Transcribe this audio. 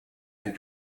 and